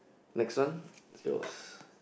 next one is yours